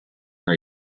are